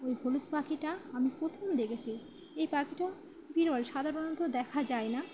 ওই হলুদ পাখিটা আমি প্রথম দেখেছি এই পাখিটাও বিরল সাধারণত দেখা যায় না